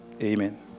Amen